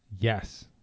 Yes